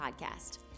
Podcast